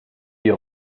die